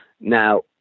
Now